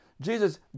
Jesus